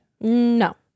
No